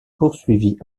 poursuivie